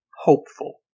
hopeful